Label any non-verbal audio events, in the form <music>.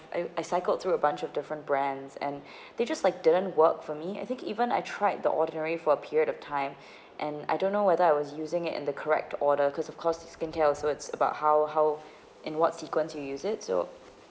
I I cycled through a bunch of different brands and <breath> they just like didn't work for me I think even I tried the ordinary for a period of time <breath> and I don't know whether I was using it in the correct order cause of course the skincare also it's about how how in what sequence you use it so